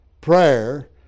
prayer